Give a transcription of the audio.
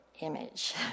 image